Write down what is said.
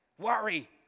Worry